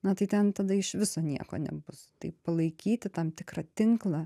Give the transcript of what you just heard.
na tai ten tada iš viso nieko nebus taip palaikyti tam tikrą tinklą